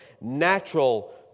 natural